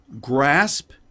grasp